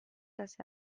dass